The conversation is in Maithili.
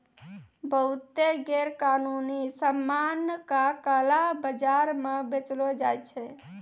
बहुते गैरकानूनी सामान का काला बाजार म बेचलो जाय छै